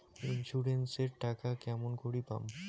Insurance এর টাকা কেমন করি পাম?